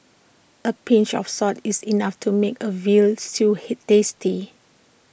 A pinch of salt is enough to make A Veal Stew he tasty